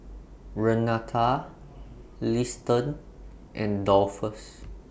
Renata Liston and Dolphus